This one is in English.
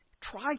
Try